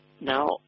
Now